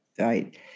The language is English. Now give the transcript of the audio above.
Right